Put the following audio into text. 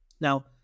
Now